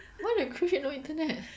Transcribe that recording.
why the cruise ship no internet